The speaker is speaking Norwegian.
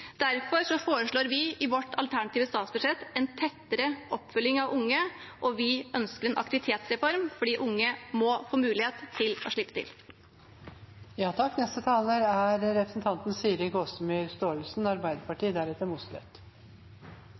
Derfor foreslår vi i vårt alternative statsbudsjett en tettere oppfølging av unge, og vi ønsker en aktivitetsreform, for de unge må få mulighet til å slippe til. I statsbudsjettet for neste